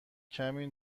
کمی